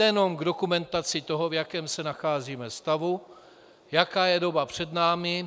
To jenom k dokumentaci toho, v jakém se nacházíme stavu, jaká je doba před námi.